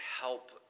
help